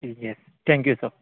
yes thank you sir